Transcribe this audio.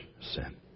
sin